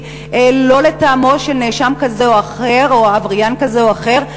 לא לטעמו של נאשם כזה או אחר או עבריין כזה או אחר,